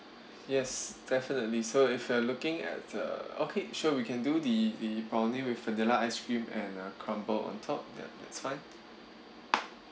yes definitely so if you are looking at the okay sure we can do the the founding with vanilla ice cream and uh crumble on top ya that's fine